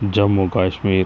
Jammu Kashmir